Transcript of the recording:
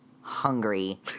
hungry